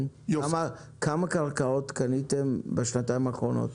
כמה קרקעות קניתם בשנתיים האחרונות?